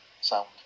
sound